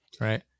Right